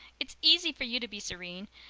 it's easy for you to be serene.